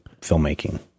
filmmaking